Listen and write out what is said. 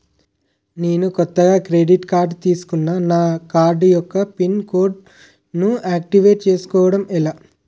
నేను కొత్తగా credit card తిస్కున్నా నా కార్డ్ యెక్క పిన్ కోడ్ ను ఆక్టివేట్ చేసుకోవటం ఎలా?